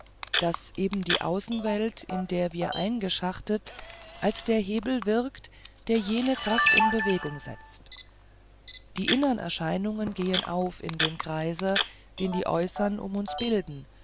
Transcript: daß eben die außenwelt in der wir eingeschachtet als der hebel wirkt der jene kraft in bewegung setzt die innern erscheinungen gehen auf in dem kreise den die äußeren um uns bilden